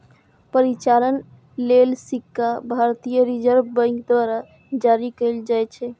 परिचालन लेल सिक्का भारतीय रिजर्व बैंक द्वारा जारी कैल जाइ छै